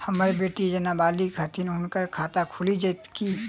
हम्मर बेटी जेँ नबालिग छथि हुनक खाता खुलि जाइत की?